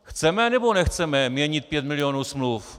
Chceme, nebo nechceme měnit pět milionů smluv?